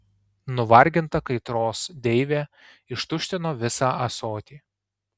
nuvarginta kaitros deivė ištuštino visą ąsotį